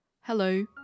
Hello